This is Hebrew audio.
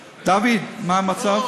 דוד, מה המצב?